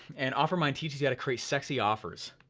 and offermind teaches you how to create sexy offers,